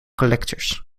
collectors